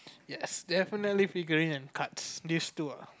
yes definitely figurine and cards this two ah